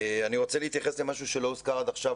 אני רוצה להתייחס למשהו שלא הוזכר עד עכשיו,